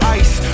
ice